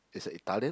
is a Italian